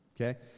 okay